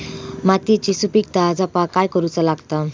मातीयेची सुपीकता जपाक काय करूचा लागता?